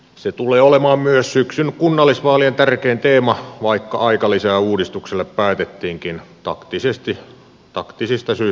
se tulee olemaan myös syksyn kunnallisvaalien tärkein teema vaikka aikalisää uudistukselle päätettiinkin taktisista syistä ottaa